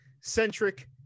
centric